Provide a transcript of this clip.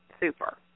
super